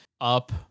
up